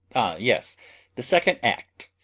yes the second act!